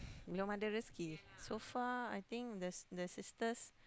belum ada rezeki so far I think the the sisters